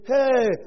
Hey